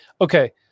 okay